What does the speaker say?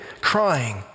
crying